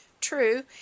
True